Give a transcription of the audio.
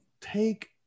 take